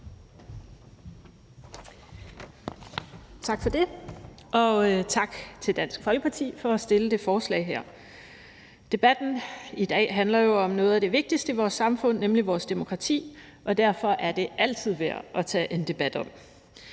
Tak for det, og tak til Dansk Folkeparti for at fremsætte det her forslag. Debatten i dag handler jo om noget af det vigtigste i vores samfund, nemlig vores demokrati, og derfor er det altid værd at tage en debat om.